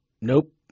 Nope